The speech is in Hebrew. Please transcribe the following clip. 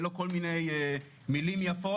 ולא כל מיני מילים יפות.